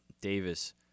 Davis